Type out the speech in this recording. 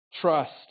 Trust